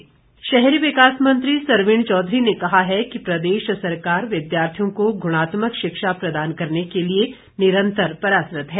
सरवीण शहरी विकास मंत्री सरवीण चौधरी ने कहा है कि प्रदेश सरकार विद्यार्थियों को गुणात्मक शिक्षा प्रदान करने के लिए निरंतर प्रयासरत है